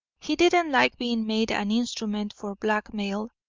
he didn't like being made an instrument for blackmail,